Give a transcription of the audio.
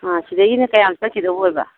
ꯑꯥ ꯁꯤꯗꯒꯤꯅ ꯀꯌꯥꯝ ꯆꯠꯈꯤꯗꯧꯕ ꯑꯣꯏꯕ